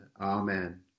Amen